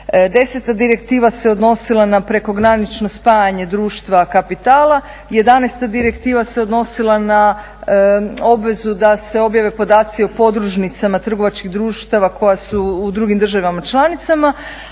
10. direktiva se odnosila na prekogranično spajanje društva kapitala, 11.direkitva se odnosila na obvezu da se objave podaci o podružnicama trgovačkih društava koja su u drugim državama članicama.